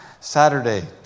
Saturday